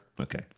okay